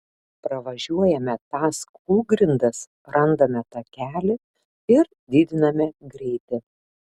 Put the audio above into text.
pravažiuojame tas kūlgrindas randame takelį ir didiname greitį